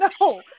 no